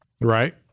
right